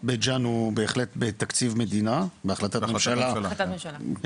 בית ג'אן הוא בהחלט בתקציב מדינה בהחלטת ממשלה,